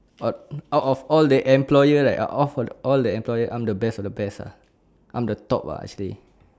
of out of all the employer like out of all the employer I'm the best of the best ah I'm the top ah actually